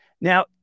Now